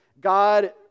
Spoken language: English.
God